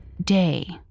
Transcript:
Day